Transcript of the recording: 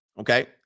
Okay